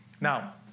Now